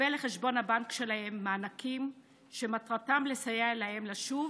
לקבל לחשבון הבנק שלהם מענקים שמטרתם לסייע להם לשוב